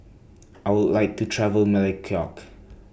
I Would like to travel Melekeok